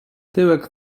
tyłek